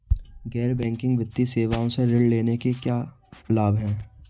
गैर बैंकिंग वित्तीय सेवाओं से ऋण लेने के क्या लाभ हैं?